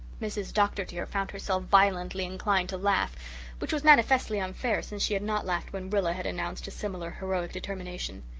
mrs. dr. dear found herself violently inclined to laugh which was manifestly unfair, since she had not laughed when rilla had announced a similar heroic determination.